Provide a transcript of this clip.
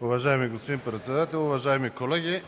Уважаеми господин председател, уважаеми колеги!